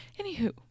anywho